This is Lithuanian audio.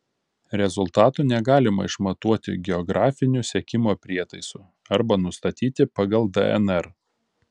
rezultatų negalima išmatuoti geografiniu sekimo prietaisu arba nustatyti pagal dnr